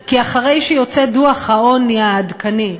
כי אחרי שיוצא דוח העוני העדכני,